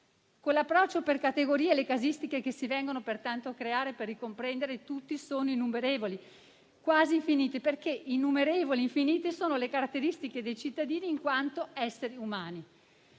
Con l'approccio per categorie, le casistiche che si vengono pertanto a creare per ricomprendere tutti sono innumerevoli, quasi infinite, perché innumerevoli e infinite sono le caratteristiche dei cittadini, in quanto esseri umani.